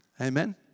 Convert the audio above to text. Amen